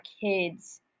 kids